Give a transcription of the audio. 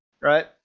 right